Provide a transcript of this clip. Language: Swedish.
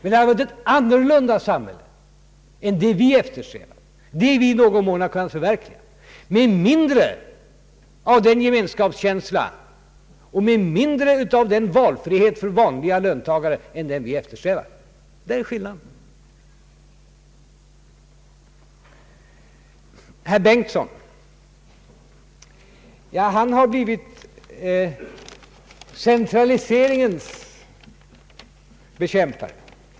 Men det hade varit ett annorlunda samhälle än det vi eftersträvar och det vi i någon mån har kunnat förverkliga, ett samhälle med mindre av den gemenskapskänsla och med mindre av den valfrihet för vanliga löntagare än vi eftersträvar. Där ligger skillnaden. Herr Bengtson har blivit centraliseringens bekämpare.